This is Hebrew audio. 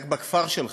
רק בכפר שלך,